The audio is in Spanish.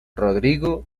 rodrigo